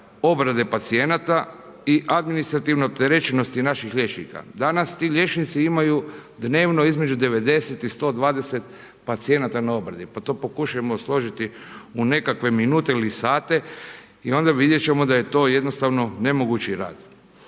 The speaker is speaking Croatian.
obrade pacijenata i administrativne opterećenosti naših liječnika. Danas ti liječnici imaju dnevno između 90 i 120 pacijenata na obradi. Pa to pokušajmo složiti u nekakve minute ili sate i onda vidjet ćemo da je to jednostavno nemogući rad.